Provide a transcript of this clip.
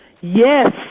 Yes